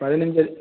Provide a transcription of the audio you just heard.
பதினஞ்சு அடி